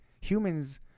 Humans